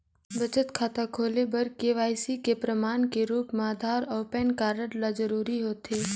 बचत खाता खोले बर के.वाइ.सी के प्रमाण के रूप म आधार अऊ पैन कार्ड ल जरूरी होथे